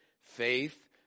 faith